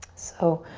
so